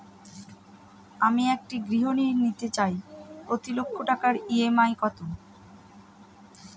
আমি একটি গৃহঋণ নিতে চাই প্রতি লক্ষ টাকার ই.এম.আই কত?